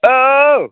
औ